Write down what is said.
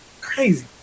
crazy